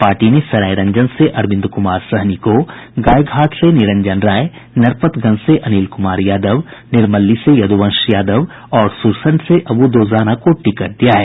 party ने सरायरंजन से अरविंद कुमार सहनी को गायघाट से निरंजन राय नरपतगंज से अनिल कुमार यादव निर्मली से यदुवंश यादव और सुरसंड से अब्बू दोजाना को टिकट दिया है